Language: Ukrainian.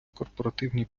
корпоративні